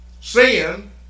Sin